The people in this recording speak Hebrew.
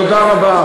תודה רבה.